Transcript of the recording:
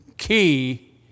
key